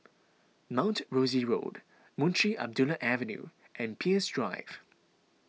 Mount Rosie Road Munshi Abdullah Avenue and Peirce Drive